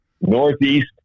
Northeast